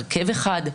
הרכב אחד,